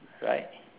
right